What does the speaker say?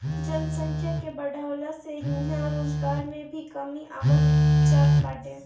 जनसंख्या के बढ़ला से इहां रोजगार में भी कमी आवत जात बाटे